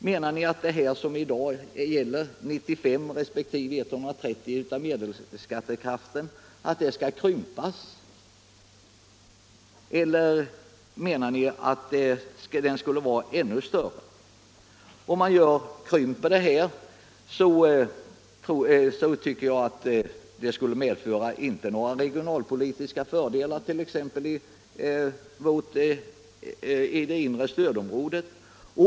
Menar ni att spännvidden mellan 95 96 resp. 130 96 av medelskattekraften skall krympas eller göras ännu större? Om ni krymper spännvidden, skulle det inte medföra några regionalpolitiska fördelar i det inre stödområdet.